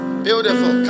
Beautiful